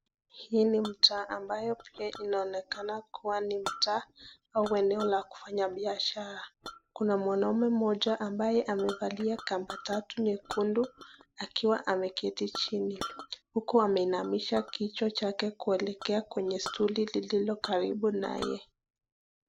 Hii ni mtaa ambayo pia inaonekana kuwa ni mtaa au eneo la kufanya biashara. Kuna mwanaume mmoja ambaye amevalia kamba tatu nyekundu akiwa ameketi chini, huku ameinamisha kichwa chake kuelekea kwenye stuli lililo karibu naye.